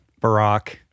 Barack